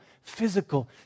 physical